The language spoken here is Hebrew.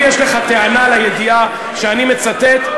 אם יש לך טענה על הידיעה שאני מצטט,